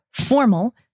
formal